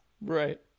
Right